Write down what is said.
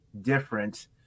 different